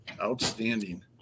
Outstanding